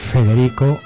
Federico